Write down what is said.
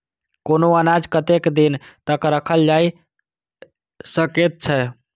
कुनू अनाज कतेक दिन तक रखल जाई सकऐत छै?